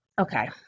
okay